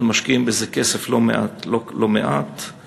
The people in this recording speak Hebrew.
אנחנו משקיעים לא מעט כסף בזה.